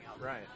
Right